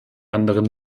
anderen